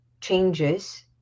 changes